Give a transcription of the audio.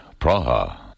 Praha